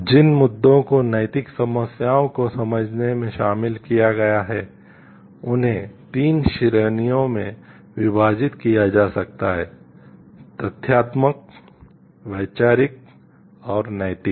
जिन मुद्दों को नैतिक समस्याओं को समझने में शामिल किया गया है उन्हें 3 श्रेणियों में विभाजित किया जा सकता है तथ्यात्मक वैचारिक और नैतिक